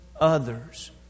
others